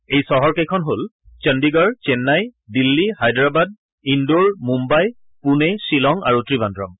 এই চহৰকেইখন হল চণ্ণীগড় চেন্নাই দিল্লী হায়দৰাবাদ ইনডৰ মুন্নাই পুনে খিলং আৰু ত্ৰিবাদ্ৰম